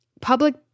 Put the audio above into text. public